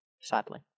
sadly